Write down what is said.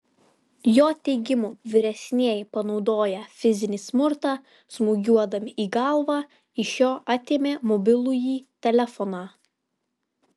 jo teigimu vyresnieji panaudoję fizinį smurtą smūgiuodami į galvą iš jo atėmė mobilųjį telefoną